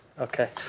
Okay